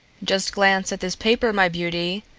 just glance at this paper, my beauty.